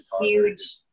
huge